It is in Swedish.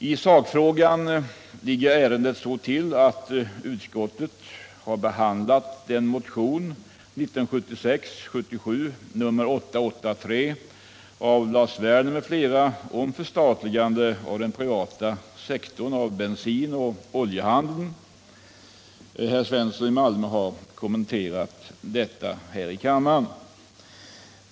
I sakfrågan ligger ärendet så till, att utskottet har behandlat motionen 1976/77:883 av Lars Werner m.fl. om förstatligande av den privata sektorn av bensinoch oljehandeln. Herr Svensson i Malmö har kommenterat detta här i kammaren.